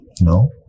No